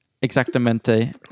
exactamente